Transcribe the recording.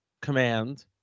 Command